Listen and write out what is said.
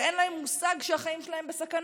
ואין להם מושג שהחיים שלהם בסכנה.